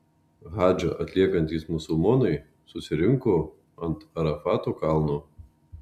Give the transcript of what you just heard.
hadžą atliekantys musulmonai susirinko ant arafato kalno